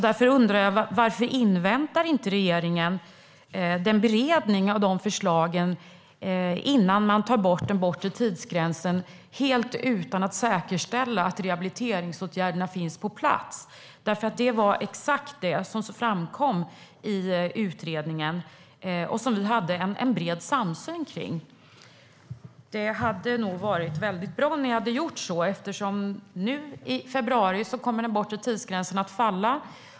Därför undrar jag: Varför inväntar inte regeringen beredning av de förslagen innan man tar bort den bortre tidsgränsen helt utan att säkerställa att rehabiliteringsåtgärderna finns på plats? Det var exakt det som framkom i utredningen och som vi hade en bred samsyn om. Det hade varit väldigt bra om ni hade gjort så. Nu i februari kommer den bortre tidsgränsen att falla.